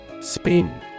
Spin